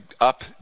up